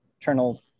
internal